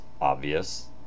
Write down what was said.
obvious